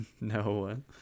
No